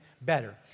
better